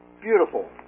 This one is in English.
beautiful